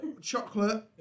chocolate